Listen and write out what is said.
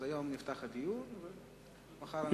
אז היום נפתח הדיון ומחר אנחנו נצביע.